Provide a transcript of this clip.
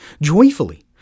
joyfully